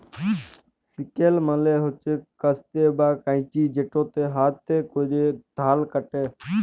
sickle মালে হচ্যে কাস্তে বা কাঁচি যেটাতে হাতে ক্যরে ধাল কাটে